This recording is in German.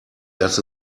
dass